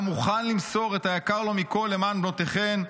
מוכן למסור את היקר לו מכול למען בנותיכם,